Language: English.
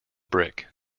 brick